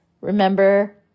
Remember